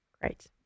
great